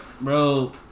bro